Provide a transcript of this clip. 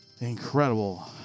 incredible